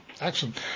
excellent